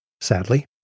Sadly